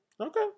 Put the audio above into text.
Okay